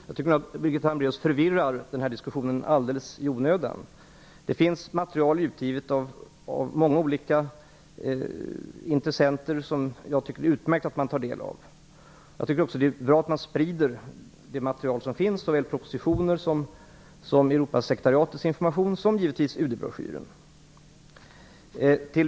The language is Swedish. Fru talman! Birgitta Hambraeus förvirrar den här diskussionen alldeles i onödan. Det finns material utgivet av många olika intressenter som det går utmärkt att ta del av. Jag tycker också att det är bra att man sprider det material som finns. Det gäller såväl propositioner som Europasekretariatets information och givetvis UD-broschyren.